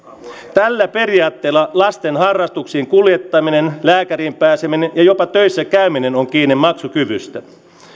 tällä periaatteella lasten harrastuksiin kuljettaminen lääkäriin pääseminen ja jopa töissä käyminen on kiinni maksukyvystä